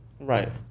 Right